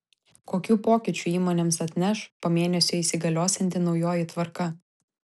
kokių pokyčių įmonėms atneš po mėnesio įsigaliosianti naujoji tvarka